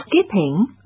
skipping